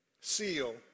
Seal